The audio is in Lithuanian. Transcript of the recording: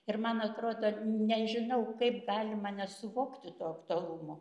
ir man atrodo nežinau kaip galima nesuvokti to aktualumo